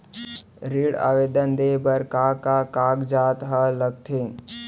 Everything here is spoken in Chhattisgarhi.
ऋण आवेदन दे बर का का कागजात ह लगथे?